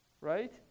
Right